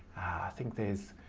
think there's,